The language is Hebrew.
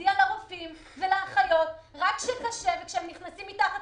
להצדיע לרופאים ולאחיות רק כשקשה וכשהם נכנסים מתחת